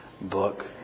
book